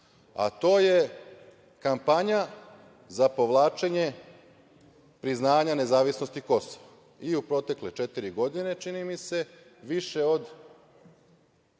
a to je kampanja za povlačenje priznanja nezavisnosti Kosova. U protekle četiri godine, čini mi se, više od